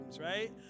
right